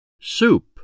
Soup